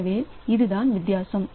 எனவே இதுதான் வித்தியாசம்